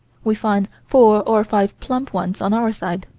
we find four or five plump ones on our side.